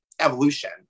evolution